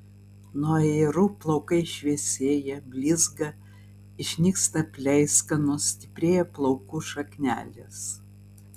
nuo ajerų plaukai šviesėja blizga išnyksta pleiskanos stiprėja plaukų šaknelės